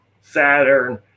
saturn